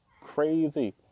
Crazy